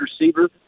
receiver